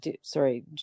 sorry